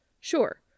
Sure